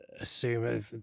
assume